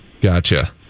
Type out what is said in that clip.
Gotcha